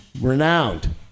Renowned